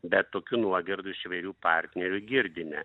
bet tokių nuogirdų iš įvairių partnerių girdime